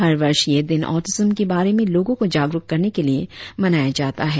हर वर्ष ये दिन ऑटिजम के बारे में लोगों को जागरुक करने के लिए मनाया जाता है